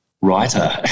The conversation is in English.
writer